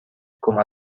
com